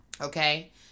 Okay